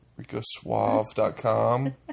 RicoSuave.com